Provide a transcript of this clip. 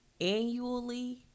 Annually